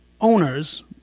owners